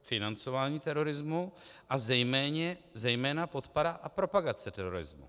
Financování terorismu a zejména podpora a propagace terorismu.